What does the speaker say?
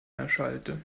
erschallte